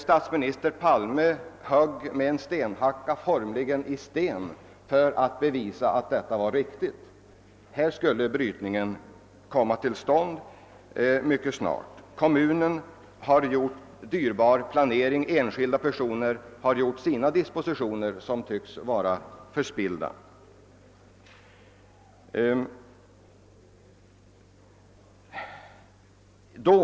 Statsminister Palme högg med en stenyxa i sten för att bevisa att detta var riktigt — här skulle brytningen komma till stånd mycket snart. Kommunen har genomfört dyrbar planering, och enskilda personer har gjort sina dispositioner — allt möda och kapital som nu tycks vara förspilld under överskådlig tid.